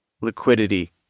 liquidity